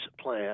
plan